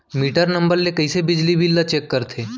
Metre number ले कइसे बिजली बिल ल चेक करथे?